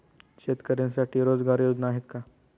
शेतकऱ्यांसाठी रोजगार योजना आहेत का?